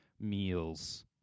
meals